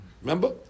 Remember